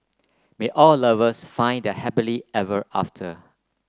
may all lovers find their happily ever after